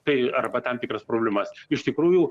tai arba tam tikras problemas iš tikrųjų